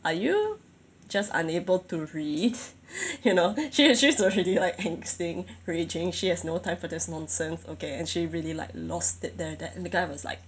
are you just unable to read you know she she was really like angsty raging she has no time for this nonsense okay and she really like lost it there and then and the guy was like